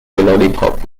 lollipop